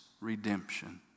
redemption